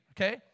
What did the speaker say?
okay